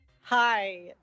Hi